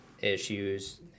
issues